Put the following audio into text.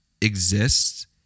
exists